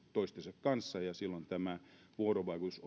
toistensa kanssa kommunikoida tämä vuorovaikutus